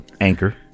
Anchor